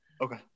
Okay